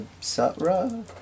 Sutra